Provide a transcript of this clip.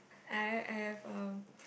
I I've uh